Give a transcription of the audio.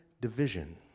Division